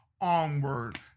onward